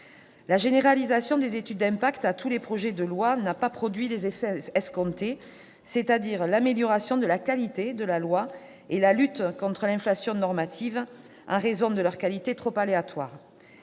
La généralisation des études d'impact à tous les projets de loi n'a pas produit les effets escomptés, à savoir l'amélioration de la qualité de la loi et la limitation de l'inflation normative, leur qualité étant trop aléatoire.